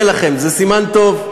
זה סימן טוב.